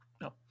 No